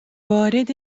وارد